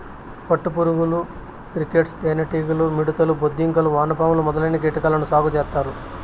పట్టు పురుగులు, క్రికేట్స్, తేనె టీగలు, మిడుతలు, బొద్దింకలు, వానపాములు మొదలైన కీటకాలను సాగు చేత్తారు